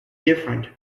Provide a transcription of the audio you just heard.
different